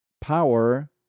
power